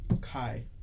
Kai